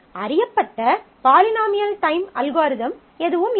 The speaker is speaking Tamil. அறியப்பட்ட பாலிநாமியல் டைம் அல்காரிதம் எதுவும் இல்லை